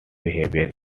behavior